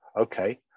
Okay